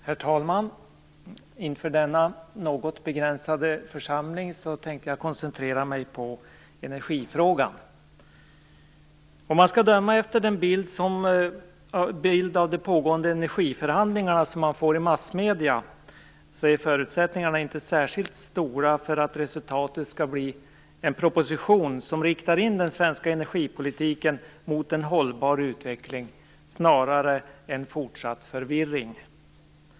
Herr talman! Inför denna något begränsade församling kommer jag att koncentrera mig till energifrågan. Om man skall döma efter den bild av de pågående energiförhandlingarna som man får i massmedierna så är förutsättningarna inte särskilt stora för att resultatet skall bli en proposition som riktar in den svenska energipolitiken mot en hållbar utveckling, utan snarare mot en fortsatt förvirring.